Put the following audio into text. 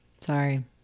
sorry